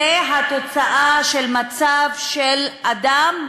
זו התוצאה של מצב של אדם,